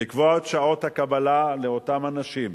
לקבוע את שעות הקבלה לאותם אנשים,